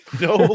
no